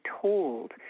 told